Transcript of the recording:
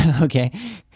Okay